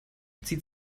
zieht